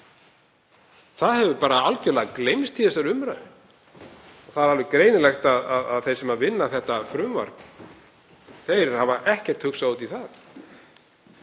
Það hefur algjörlega gleymst í þessari umræðu. Það er alveg greinilegt að þeir sem vinna þetta frumvarp hafa ekkert hugsað út í það.